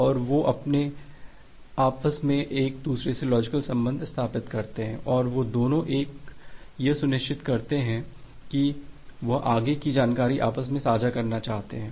और वे आपस में एक लॉजिकल सम्बन्ध स्थापित करते हैं और वे दोनों यह सुनिश्चित करते हैं कि वे आगे की जानकारी आपस में साझा करना चाहते हैं